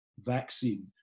vaccine